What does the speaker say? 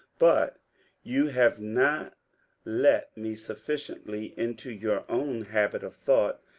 but you have not let me sufficiently into your own habit of thought,